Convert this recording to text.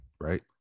right